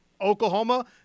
Oklahoma